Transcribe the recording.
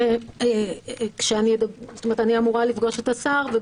אני אמורה לפגוש את השר.